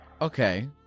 Okay